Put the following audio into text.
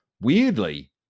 Weirdly